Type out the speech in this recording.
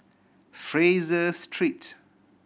Fraser Street